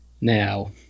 Now